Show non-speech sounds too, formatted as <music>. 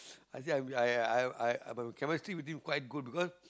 <breath> I said I I I chemistry with you quite good because